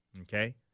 Okay